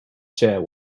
share